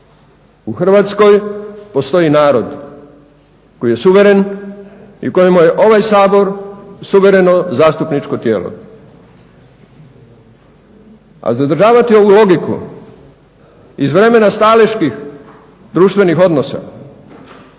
U Hrvatskoj postoji narod koji je suveren i kojemu je ovaj Sabor suvereno zastupničko tijelo. A zadržavati ovu logiku iz vremena staleških društvenih odnosa,